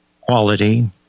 quality